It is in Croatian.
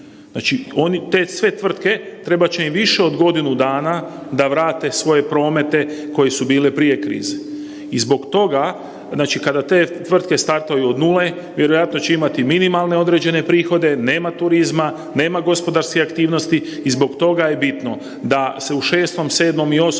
ništa. Te sve tvrtke trebat će im više od godinu dana da vrate svoje promete koji su bili prije krize. I zbog toga kada te tvrtke startaju od nule vjerojatno će imati mininalne određene prihode, nema turizma, nema gospodarske aktivnosti i zbog toga je bitno da se u 6., 7. i 8.